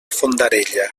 fondarella